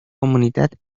comunitat